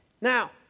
Now